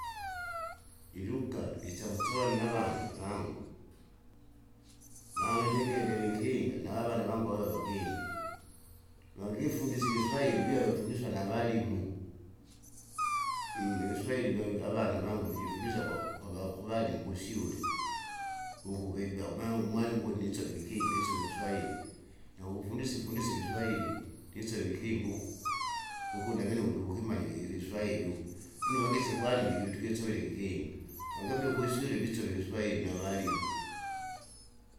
Iluga isyakusova navana vangun, maa ine ndingendele navana vangu ava vakinga. Vangifundise ikiswahili via vafundiswa navalimu, ikiswahiri vavi avana vangu vikifundisa kwava- kwava- kuvalimu kusyule, uku vaibea uma umwalimu uko ninsove ikikinga isove ikiswahili, naukukufundiusa ifundisa ikiswahili, ndisove ikikinga uku. Uku navene ukutu ukimanya iki- ikiswahili uku. Lino vangise kwani ndikivi tukisovera ikikinga, vangabie kusyule visove ikiswahili navalimu.